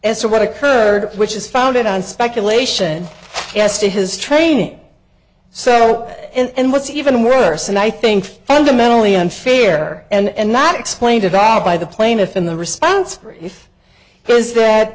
as to what occurred which is founded on speculation as to his training so and what's even worse and i think fundamentally unfair and not explained it out by the plaintiff in the response if there is that